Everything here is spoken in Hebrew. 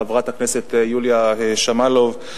חברת הכנסת יוליה שמאלוב,